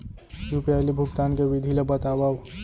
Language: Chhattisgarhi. यू.पी.आई ले भुगतान के विधि ला बतावव